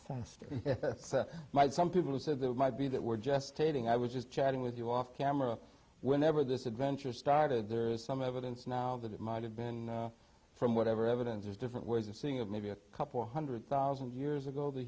faster might some people said there might be that we're gestating i was just chatting with you off camera whenever this adventure started there's some evidence now that it might have been from whatever evidence there's different ways of seeing of maybe a couple one hundred thousand years ago the